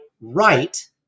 right